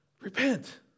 Repent